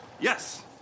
Yes